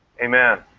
Amen